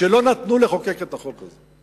שלא נתנו לחוקק את החוק הזה.